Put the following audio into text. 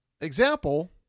example